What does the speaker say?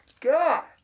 God